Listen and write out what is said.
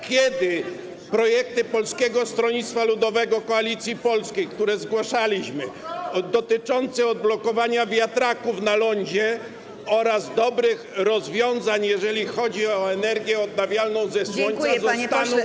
Kiedy projekty Polskiego Stronnictwa Ludowego - Koalicji Polskiej, które zgłaszaliśmy, dotyczące odblokowania wiatraków na lądzie oraz dobrych rozwiązań, jeżeli chodzi o energię odnawialną ze słońca, zostaną wprowadzone?